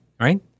right